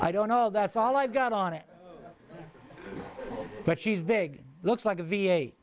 i don't know that's all i've got on it but she's big looks like a v eight